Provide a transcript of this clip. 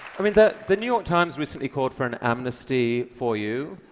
i mean, the the new york times recently called for an amnesty for you.